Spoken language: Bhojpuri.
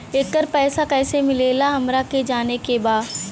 येकर पैसा कैसे मिलेला हमरा के जाने के बा?